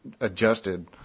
adjusted